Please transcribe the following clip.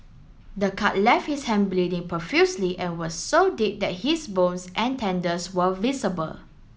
the cut left his hand bleeding profusely and was so deep that his bones and tendons were visible